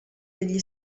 degli